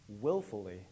willfully